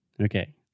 Okay